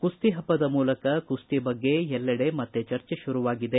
ಕುಸ್ತಿಹಬ್ಬದ ಮೂಲಕ ಕುಸ್ತಿ ಬಗ್ಗೆ ಎಲ್ಲೆಡೆ ಮತ್ತೆ ಚರ್ಜೆ ಶುರುವಾಗಿದೆ